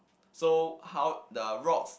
so how the rocks